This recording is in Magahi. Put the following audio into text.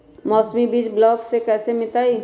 मौसमी बीज ब्लॉक से कैसे मिलताई?